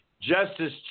Justice